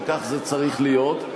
וכך זה צריך להיות.